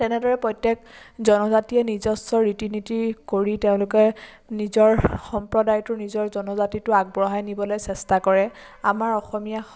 তেনেদৰে প্ৰত্যেক জনজাতিয়ে নিজস্ব ৰীতি নীতি কৰি তেওঁলোকে নিজৰ সম্প্ৰদায়টো নিজৰ জনজাতিটো আগবঢ়াই নিবলৈ চেষ্টা কৰে আমাৰ